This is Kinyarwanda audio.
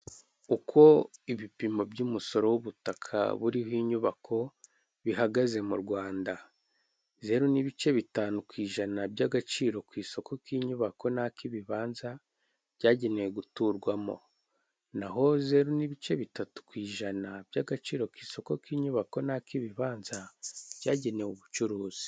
Uko ibipimo by'umusoro w'ubutaka buriho inyubako bihagaze mu Rwanda, zeru n'ibice bitanu ku ijana by'agaciro ku isoko n'inyubako n'ak'ibibanza byagenewe guturwamo naho zeru n'ibice bitatu ku ijana by'agaciro ku isoko k'inyubako n'ak'ibibanza byagenewe ubucuruzi.